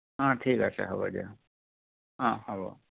অঁ ঠিক আছে হ'ব দিয়ক অঁ হ'ব